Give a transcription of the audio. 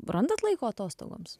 randat laiko atostogoms